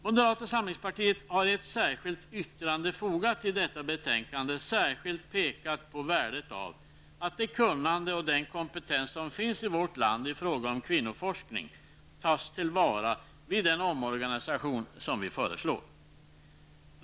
Moderata samlingspartiet har i ett särskilt yttrande fogat till detta betänkande särskilt pekat på värdet av att det kunnande och den kompetens som finns i vårt land i fråga om kvinnoforskning tas till vara vid den omorganisation vi föreslår.